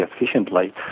efficiently